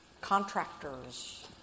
contractors